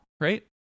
right